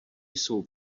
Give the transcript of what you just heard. jsou